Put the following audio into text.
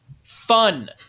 Fun